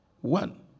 One